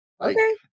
okay